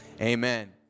amen